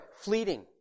fleeting